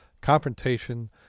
confrontation